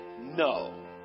No